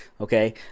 Okay